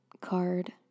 card